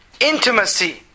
Intimacy